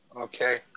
Okay